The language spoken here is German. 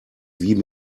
wie